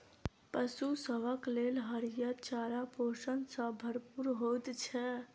पशु सभक लेल हरियर चारा पोषण सॅ भरपूर होइत छै